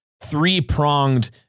three-pronged